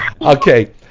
Okay